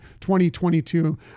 2022